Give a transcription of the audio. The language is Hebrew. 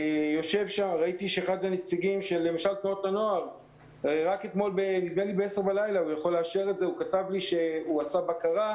אחד הנציגים של תנועות הנוער כתב לי רק אתמול בלילה שהוא עשה בקרה.